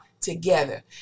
together